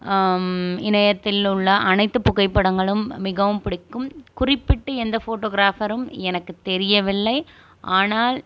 இணையத்தில் உள்ள அனைத்து புகைப்படங்களும் மிகவும் பிடிக்கும் குறிப்பிட்டு எந்த ஃபோட்டோகிராஃபரும் எனக்கு தெரியவில்லை ஆனால்